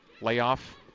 Layoff